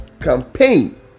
campaign